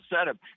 setup